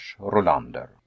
Rolander